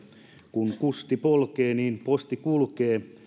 kun kusti polkee niin posti kulkee